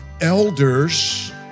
elders